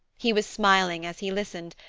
he was smiling as he listened,